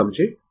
समझे